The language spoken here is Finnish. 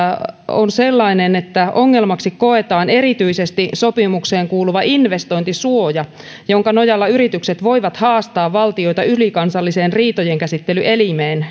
on sellainen että ongelmaksi koetaan erityisesti sopimukseen kuuluva investointisuoja jonka nojalla yritykset voivat haastaa valtioita ylikansalliseen riitojenkäsittelyelimeen